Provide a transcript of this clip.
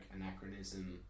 anachronism